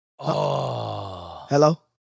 Hello